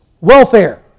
welfare